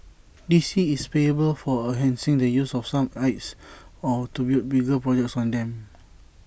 D C is payable for enhancing the use of some sites or to build bigger projects on them